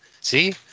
See